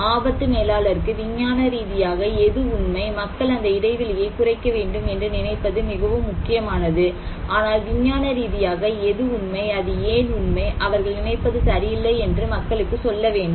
ஆபத்து மேலாளருக்கு விஞ்ஞான ரீதியாக எது உண்மை மக்கள் அந்த இடைவெளியைக் குறைக்க வேண்டும் என்று நினைப்பது மிகவும் முக்கியமானது ஆனால் விஞ்ஞான ரீதியாக எது உண்மை அது ஏன் உண்மை அவர்கள் நினைப்பது சரியில்லை என்று மக்களுக்கு சொல்ல வேண்டும்